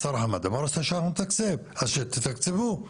נתקצב, אז שתתקצבו.